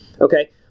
Okay